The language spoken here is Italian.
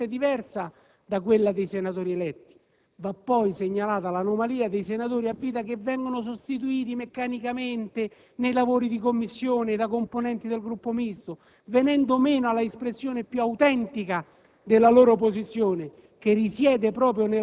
La fonte della loro legittimazione è sostanzialmente diversa da quella dei senatori eletti. Va poi segnalata l'anomalia dei senatori a vita che nei lavori di Commissione vengono sostituiti meccanicamente da componenti del Gruppo Misto, venendo meno all'espressione più autentica